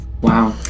Wow